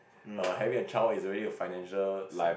err having a child is already a financial